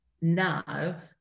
now